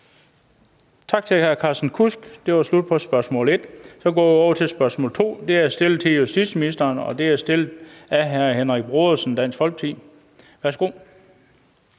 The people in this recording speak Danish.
Tak til hr. Carsten Kudsk. Det var slut på spørgsmål 1. Så går vi over til spørgsmål 2. Det er stillet til justitsministeren, og det er stillet af hr. Henrik Brodersen, Dansk Folkeparti. Kl.